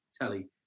telly